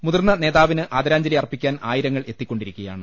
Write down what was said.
മുതിർന്ന നേതാ വിന് ആദരാഞ്ജലി അർപ്പിക്കാൻ ആയിരങ്ങൾ എത്തിക്കൊണ്ടിരിക്കയാണ്